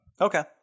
Okay